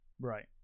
right